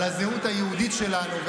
על הזהות היהודית שלנו,